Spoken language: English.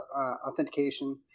authentication